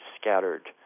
scattered